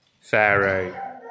Pharaoh